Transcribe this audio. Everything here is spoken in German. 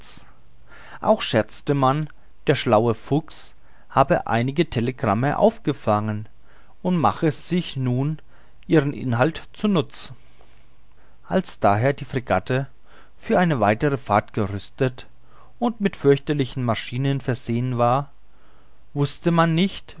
auch scherzte man der schlaue fuchs habe einige telegramme aufgefangen und mache sich nun ihren inhalt zu nutz als daher die fregatte für eine weite fahrt gerüstet und mit fürchterlichen maschinen versehen war wußte man nicht